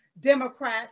Democrats